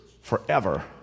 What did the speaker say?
forever